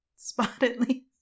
spottedly